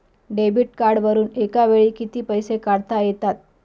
Debit कार्डवरुन एका वेळी किती पैसे काढता येतात?